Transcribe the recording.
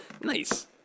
Nice